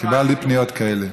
קיבלתי פניות כאלה.